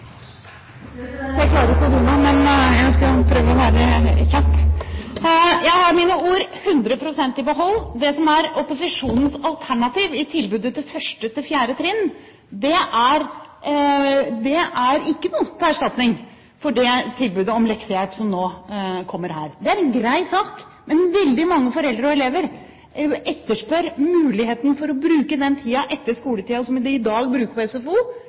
tilbudet? Jeg klarer ikke å dy meg – men jeg skal prøve å være kjapp. Jeg har mine ord 100 pst. i behold. Det som er opposisjonens alternativ i tilbudet til 1.–4. trinn, er ikke noe til erstatning for det tilbudet om leksehjelp som nå kommer her. Det er en grei sak. Men veldig mange foreldre og elever etterspør muligheten for å bruke den tiden etter skoletiden som de i dag bruker på SFO,